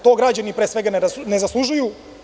To građani, pre svega, ne zaslužuju.